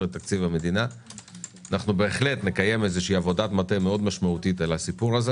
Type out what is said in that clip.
תקציב המדינה נקים עבודת מטה משמעותית בסיפור הזה,